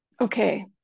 Okay